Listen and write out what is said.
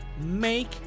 make